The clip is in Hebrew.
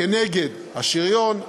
כנגד השריון,